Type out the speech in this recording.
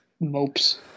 mopes